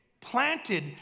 planted